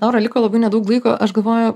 laura liko labai nedaug laiko aš galvoju